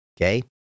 Okay